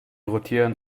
rotieren